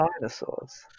dinosaurs